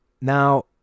now